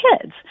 kids